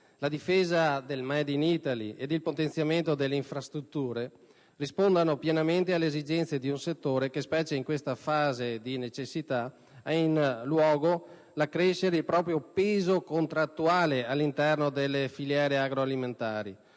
la difesa del*made in Italy* e il potenziamento delle infrastrutture rispondano pienamente alle esigenze di un settore che, specie in questa fase di difficoltà, ha in primo luogo la necessità di accrescere il proprio peso contrattuale all'interno delle filiere agroalimentari,